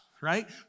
right